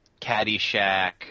caddyshack